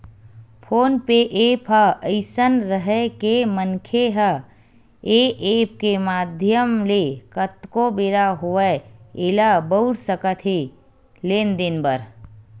phone पे app ह अइसन हरय के मनखे ह ऐ ऐप के माधियम ले कतको बेरा होवय ऐला बउर सकत हे लेन देन बर